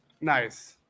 Nice